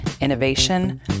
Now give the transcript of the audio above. innovation